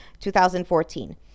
2014